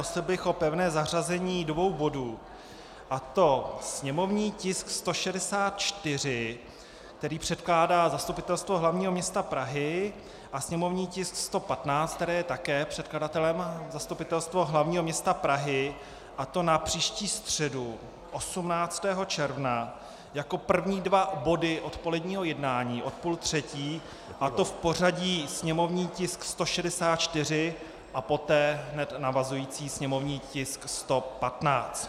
Prosil bych o pevné zařazení dvou bodů, a to sněmovního tisku 164, který předkládá Zastupitelstvo hlavního města Prahy, a sněmovního tisku 115, kde je také předkladatelem Zastupitelstvo hlavního města Prahy, a to na příští středu, 18 června, jako první dva body odpoledního jednání od půl třetí, a to v pořadí sněmovní tisk 164 a poté hned navazující sněmovní tisk 115.